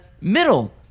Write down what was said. middle